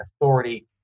authority